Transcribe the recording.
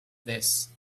this